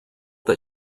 that